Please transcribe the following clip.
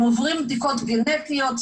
הם עוברים בדיקות גנטיות,